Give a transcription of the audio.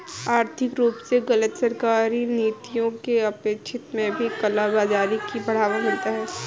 आर्थिक रूप से गलत सरकारी नीतियों के अनपेक्षित में भी काला बाजारी को बढ़ावा मिलता है